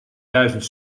duizend